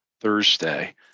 Thursday